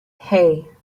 hey